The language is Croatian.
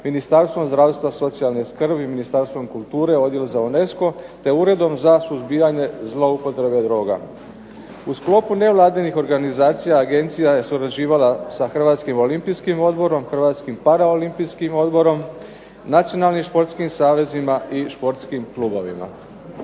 Ministarstvom zdravstva i socijalne skrbi, Ministarstvom kulture – Odjel za UNESCO, te Uredom za suzbijanje zloupotrebe droga. U sklopu nevladinih organizacija agencija je surađivala sa Hrvatskim olimpijskim odborom, Hrvatskim paraolimpijskim odborom, Nacionalnim športskim savezima i športskim klubovima.